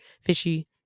fishy